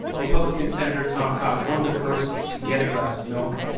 republican senator tom cotton, one of the first to get a glass of milk.